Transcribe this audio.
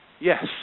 Yes